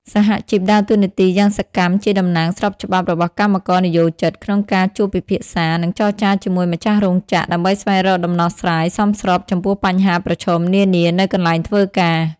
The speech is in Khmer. សហជីពដើរតួនាទីយ៉ាងសកម្មជាតំណាងស្របច្បាប់របស់កម្មករនិយោជិត ក្នុងការជួបពិភាក្សា និងចរចាជាមួយម្ចាស់រោងចក្រ ដើម្បីស្វែងរកដំណោះស្រាយសមស្របចំពោះបញ្ហាប្រឈមនានានៅកន្លែងធ្វើការ។